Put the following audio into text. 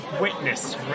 witness